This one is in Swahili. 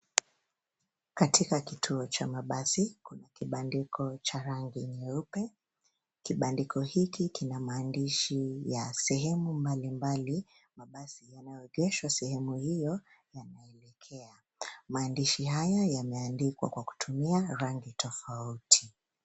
Katika kituo cha mabasi kuna kibandiko cha rangi nyeupe. Kibandiko hiki kina maandishi ya sehemu mbalimbali, mabasi yanayoegeshwa sehemu hiyo yanaeleka. Maandishi haya yameandikwa kwa kutumia rangi tofauti.